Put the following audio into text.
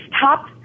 top